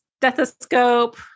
stethoscope